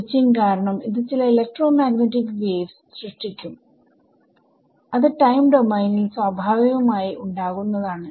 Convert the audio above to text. switching കാരണം ഇത് ചില ഇലക്ട്രോമാഗ്നെറ്റിക് വേവ്സ് സൃഷ്ടിക്കും അത് ടൈം ഡോമെയിനിൽ സ്വഭാവികമായി ഉണ്ടാവുന്നതാണ്